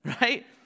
Right